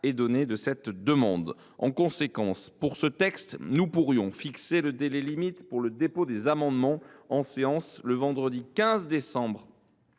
est donné de cette demande. En conséquence, pour ce texte, nous pourrions fixer le délai limite pour le dépôt des amendements en séance le vendredi 15 décembre